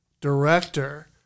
director